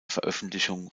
veröffentlichung